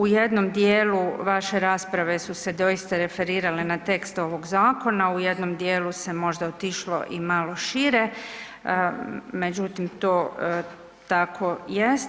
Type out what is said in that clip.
U jednom dijelu vaše rasprave su se doista referirale na tekst ovog zakona, u jednom dijelu se možda otišlo i malo šire, međutim to tako jest.